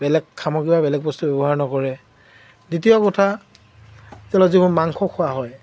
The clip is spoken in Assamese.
বেলেগ সামগ্ৰী বা বেলেগ বস্তু ব্যৱহাৰ নকৰে দ্বিতীয় কথা তেওঁলোকে যিবোৰ মাংস খোৱা হয়